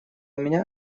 меня